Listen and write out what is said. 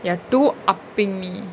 you are two upping me